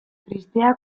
tristeak